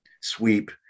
sweep